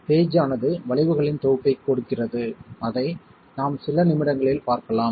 page ஆனது வளைவுகளின் தொகுப்பைக் கொடுக்கிறது அதை நாம் சில நிமிடங்களில் பார்க்கலாம்